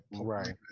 right